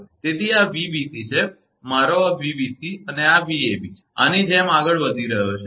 તેથી આ 𝑉𝑏𝑐 છે મારો 𝑉𝑏𝑐 અને આ 𝑉𝑎𝑏 છે તે આની જેમ આગળ વધી રહયો છે